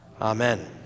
Amen